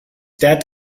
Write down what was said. that